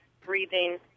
breathing